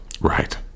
Right